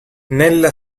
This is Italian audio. nella